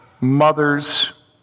mothers